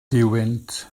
duwynt